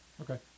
Okay